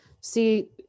see